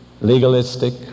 legalistic